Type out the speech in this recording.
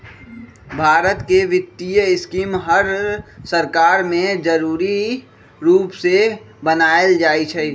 भारत के वित्तीय स्कीम हर सरकार में जरूरी रूप से बनाएल जाई छई